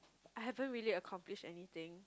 I haven't really accomplish anything